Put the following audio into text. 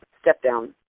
step-down